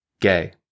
Gay